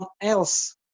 else